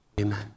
Amen